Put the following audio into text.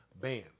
Bam